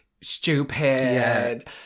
stupid